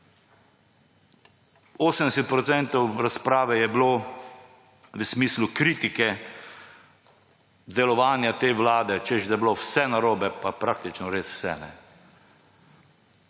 80 % razprave je bilo v smislu kritike delovanja te vlade, češ, da je bilo vse narobe, pa praktično res vse